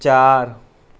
چار